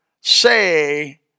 say